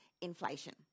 inflation